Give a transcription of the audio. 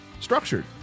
structured